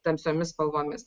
tamsiomis spalvomis